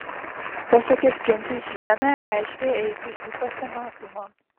posakis skinti žiemę reiškė eiti į pasimatymą